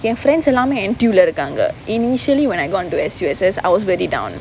என்:en friends எல்லாமே:ellaamae N_T_U lah irukkanga:இருக்காங்க initially when I've gone to S_U_S_S I was very down